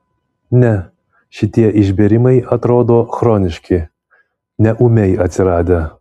ne šitie išbėrimai atrodo chroniški ne ūmiai atsiradę